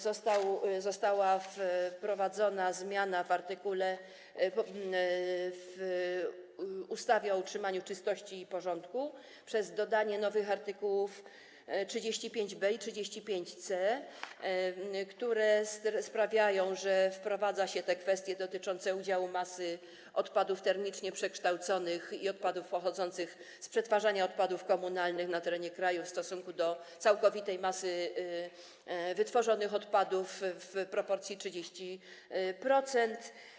Została również wprowadzona zmiana w ustawie o utrzymaniu czystości i porządku przez dodanie nowych artykułów: art. 35b i art. 35c, które sprawiają, że wprowadza się kwestie dotyczące udziału masy odpadów termicznie przekształconych i odpadów pochodzących z przetwarzania odpadów komunalnych na terenie kraju w stosunku do całkowitej masy wytworzonych odpadów w proporcji 30%.